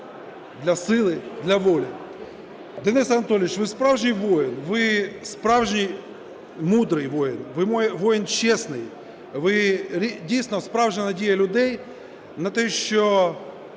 для сили, для волі!" Денис Анатолійович, ви справжній воїн, ви справжній мудрий воїн, ви воїн чесний. Ви дійсно справжня надія людей на те, що